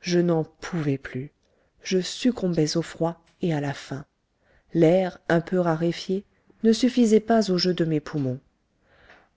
je n'en pouvais plus je succombais au froid et à la faim l'air un peu raréfié ne suffisait pas au jeu de mes poumons